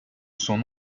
son